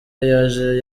yaje